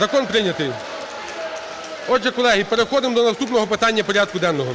Закон прийнятий. Отже, колеги, переходимо до наступного питання порядку денного.